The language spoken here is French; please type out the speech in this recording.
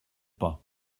pas